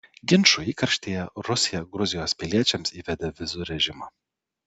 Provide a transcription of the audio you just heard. ginčų įkarštyje rusija gruzijos piliečiams įvedė vizų režimą